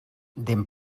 dent